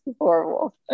horrible